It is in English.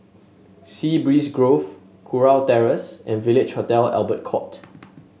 Sea Breeze Grove Kurau Terrace and Village Hotel Albert Court